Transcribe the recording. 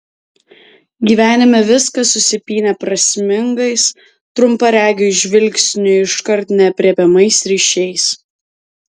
gyvenime viskas susipynę prasmingais trumparegiui žvilgsniui iškart neaprėpiamais ryšiais